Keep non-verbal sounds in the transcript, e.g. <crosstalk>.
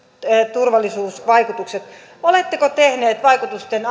turvallisuusvaikutukset oletteko tehneet vaikutusten <unintelligible>